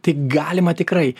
tai galima tikrai